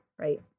Right